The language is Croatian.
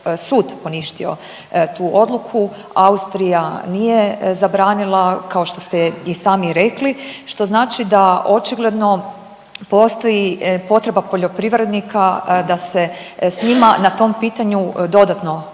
sud poništio tu odluku. Austrija nije zabranila kao što ste i sami rekli što znači da očigledno postoji potreba poljoprivrednika da se s njima na tom pitanju dodatno